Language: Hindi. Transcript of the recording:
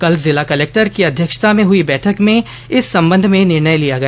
कल जिला कलेक्टर की अध्यक्षता में हुई बैठक में इस संबंध में निर्णय लिया गया